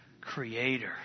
creator